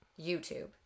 youtube